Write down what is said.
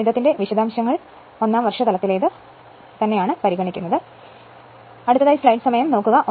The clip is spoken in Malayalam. ഗണിതത്തിന്റെ വിശദാംശങ്ങൾ ഒന്നാം വർഷ തലത്തിൽ പരിഗണിക്കുക